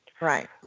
Right